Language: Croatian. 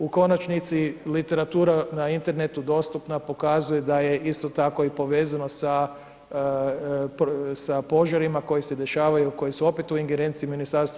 U konačnici literatura na internetu dostupna, pokazuje da je isto tako i povezano sa, sa požarima koji se dešavaju, koji su opet u ingerenciji MUP-a.